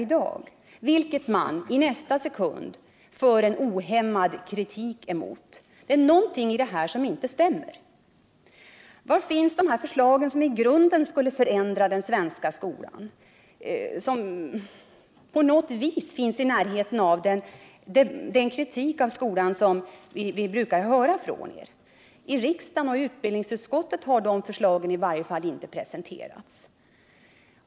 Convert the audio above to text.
I nästa sekund framför moderaterna en ohämmad kritik emot skolans sätt att fungera. Det är någonting i det här som inte stämmer. Var finns de förslag som i grunden skulle förändra den svenska skolan, som på något vis skulle ta bort grunden för den kritik av den svenska skolan som vi brukar höra från er? I riksdagen och utbildningsutskottet har sådana förslag i varje fall inte presenterats.